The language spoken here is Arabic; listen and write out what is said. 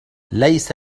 ليس